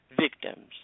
victims